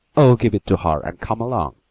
oh, give it to her and come along,